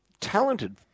talented